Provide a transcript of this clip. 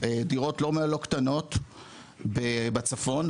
דירות לא קטנות בצפון,